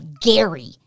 Gary